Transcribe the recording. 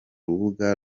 rubuga